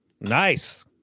Nice